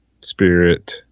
Spirit